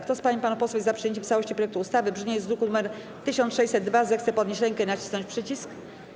Kto z pań i panów posłów jest za przyjęciem w całości projektu ustawy w brzmieniu z druku nr 1602, zechce podnieść rękę i nacisnąć przycisk.